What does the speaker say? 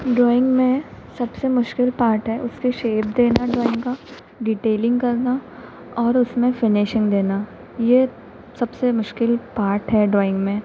drawing में सबसे मुश्किल पार्ट है उसको शेप देना ड्राइंग का डिटेलिंग करना और उसमें फिनिशिंग देना यह सबसे मुश्किल पार्ट है ड्राइंग में